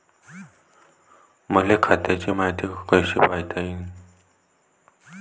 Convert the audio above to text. मले खात्याची मायती कशी पायता येईन?